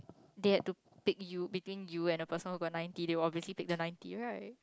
they had to pick you between you and a person who got ninety they would obviously pick the ninety right